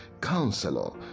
Counselor